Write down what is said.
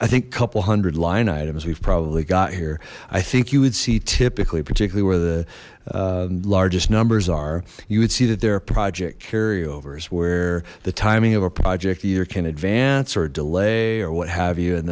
i think couple hundred line items we've probably got here i think you would see typically particularly where the largest numbers are you would see that there are project carryovers where the timing of a project either can advance or delay or what have you and